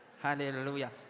Hallelujah